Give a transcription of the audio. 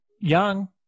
young